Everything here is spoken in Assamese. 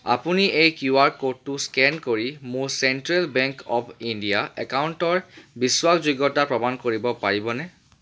আপুনি এই কিউআৰ ক'ডটো স্কেন কৰি মোৰ চেণ্ট্ৰেল বেংক অৱ ইণ্ডিয়া একাউণ্টৰ বিশ্বাসযোগ্যতা প্ৰমাণ কৰিব পাৰিবনে